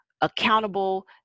accountable